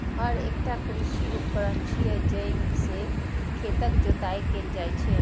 हर एकटा कृषि उपकरण छियै, जइ से खेतक जोताइ कैल जाइ छै